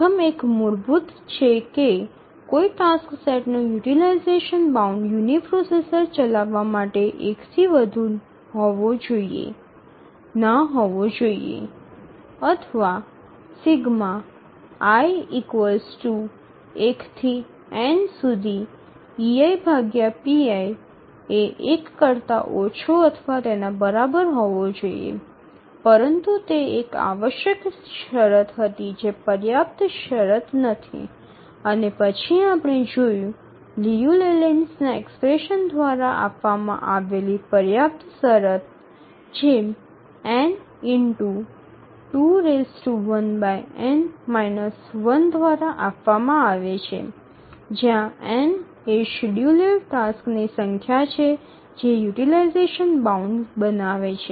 પ્રથમ એક મૂળભૂત છે કે કોઈ ટાસ્ક સેટનો યુટીલાઈઝેશન બાઉન્ડ યુનિપ્રોસેસર પર ચલાવા માટે ૧ થી વધુ ના હોવો જોઈએ અથવા ≤ 1 પરંતુ તે એક આવશ્યક શરત હતી જે પર્યાપ્ત શરત નથી અને પછી આપણે જોયું લિયુ લેલેન્ડ્સના એક્સપ્રેશન દ્વારા આપવામાં આવેલી પર્યાપ્ત શરત જે n2−1 દ્વારા આપવામાં આવે છે જ્યાં n એ શેડ્યૂલેડ ટાસક્સની સંખ્યા છે જે યુટીલાઈઝેશન બાઉન્ડ બનાવે છે